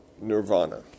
nirvana